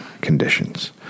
conditions